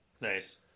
nice